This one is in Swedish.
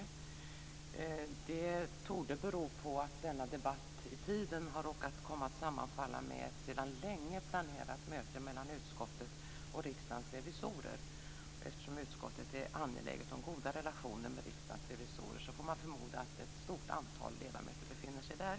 Det torde bero på att denna debatt i tiden har råkat komma att sammanfalla med ett sedan länge planerat möte mellan utskottet och Riksdagens revisorer. Eftersom utskottet är angeläget om goda relationer med Riksdagens revisorer får man förmoda att ett stort antal ledamöter befinner sig där.